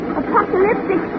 apocalyptic